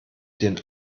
den